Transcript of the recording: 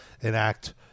enact